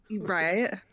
right